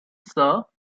sir